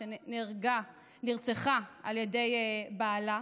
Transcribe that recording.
שנרצחה על ידי בעלה,